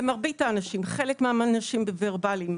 למרבית האנשים, חלק מהאנשים וורבליים.